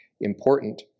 important